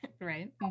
Right